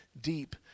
deep